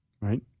right